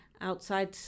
outside